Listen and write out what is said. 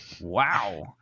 Wow